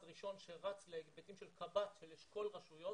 ראשון שרץ להיבטים של קב"ט של אשכול רשויות